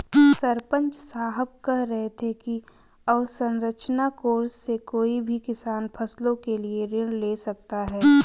सरपंच साहब कह रहे थे कि अवसंरचना कोर्स से कोई भी किसान फसलों के लिए ऋण ले सकता है